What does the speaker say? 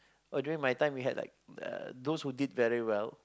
oh during my time we had like those who did very well